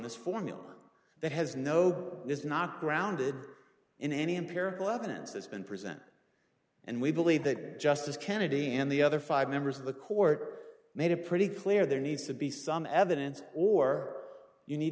this formula that has no is not grounded in any empirical evidence has been present and we believe that justice kennedy and the other five members of the court made a pretty clear there needs to be some evidence or you need